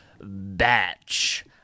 batch